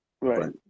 Right